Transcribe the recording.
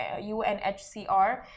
UNHCR